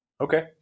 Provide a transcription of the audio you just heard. Okay